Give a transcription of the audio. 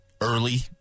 Early